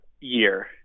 year